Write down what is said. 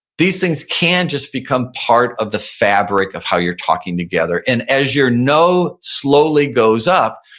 these things can just become part of the fabric of how you're talking together. and as your know slowly goes up,